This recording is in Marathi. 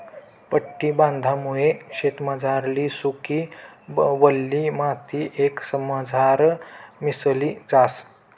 पट्टी बांधामुये शेतमझारली सुकी, वल्ली माटी एकमझार मिसळी जास